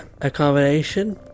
accommodation